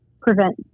prevent